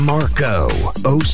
Marco